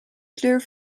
kleur